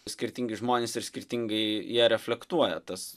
skirtingi žmonės ir skirtingai jie reflektuoja tas